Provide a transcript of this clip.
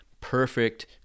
perfect